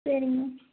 சரிங்க மேம்